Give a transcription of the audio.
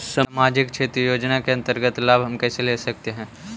समाजिक क्षेत्र योजना के अंतर्गत लाभ हम कैसे ले सकतें हैं?